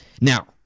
now